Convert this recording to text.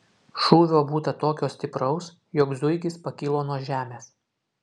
šūvio būta tokio stipraus jog zuikis pakilo nuo žemės